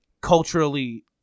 culturally